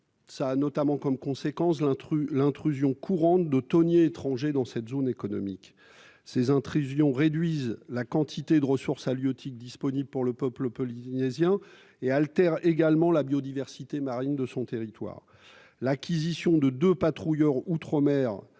Cela pour conséquence l'intrusion courante de thoniers étrangers dans cette zone économique, réduisant la quantité de ressources halieutiques disponibles pour le peuple polynésien et altérant la biodiversité marine de son territoire. L'acquisition de deux patrouilleurs outre-mer,